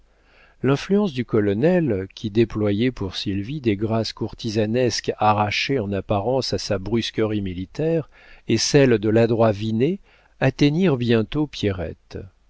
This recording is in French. l'influence du colonel qui déployait pour sylvie des grâces courtisanesques arrachées en apparence à sa brusquerie militaire et celle de l'adroit vinet atteignirent bientôt pierrette